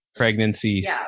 Pregnancies